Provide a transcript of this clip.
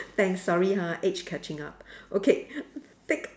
thanks sorry ha age catching up okay take